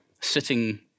sitting